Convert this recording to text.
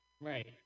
right